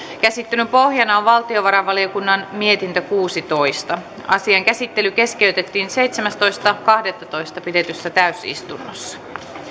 käsittelyn pohjana on valtiovarainvaliokunnan mietintö kuusitoista asian käsittely keskeytettiin seitsemästoista kahdettatoista kaksituhattaviisitoista pidetyssä täysistunnossa